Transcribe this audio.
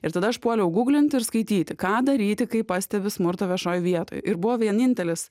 ir tada aš puoliau guglint ir skaityti ką daryti kai pastebi smurtą viešoj vietoj ir buvo vienintelis